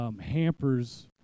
Hampers